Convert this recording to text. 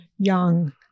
young